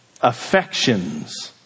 affections